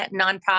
nonprofit